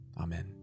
Amen